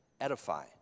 edify